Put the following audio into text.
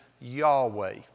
Yahweh